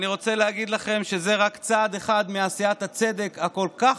אני רוצה להגיד לכם שזה רק צעד אחד בעשיית הצדק הכל-כך